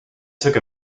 took